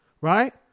right